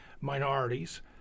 minorities